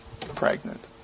pregnant